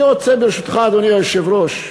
אני רוצה, ברשותך, אדוני היושב-ראש,